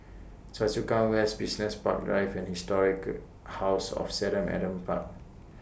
Choa Chu Kang West Business Park Drive and Historic House of seven Adam Park